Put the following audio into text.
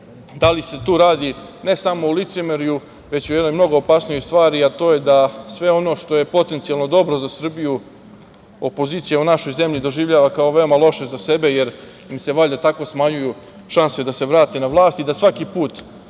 da li se tu radi ne samo o licemerju, već u jednoj mnogo opasnijoj stvari, a to je da sve ono što je potencijalno dobro za Srbiju, opozicija u našoj zemlji doživljava kao veoma loše za sebe, jer im se tako smanjuje šansa da se vrate na vlast i da svaki put